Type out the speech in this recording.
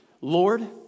Lord